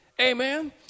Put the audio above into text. Amen